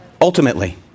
Ultimately